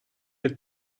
had